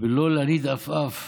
בלא להניד עפעף